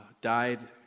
died